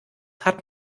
hat